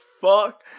fuck